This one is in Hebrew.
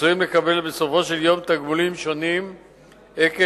עשויים לקבל בסופו של יום תגמולים שונים עקב